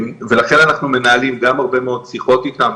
לכן אנחנו מנהלים גם הרבה מאוד שיחות איתם,